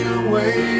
away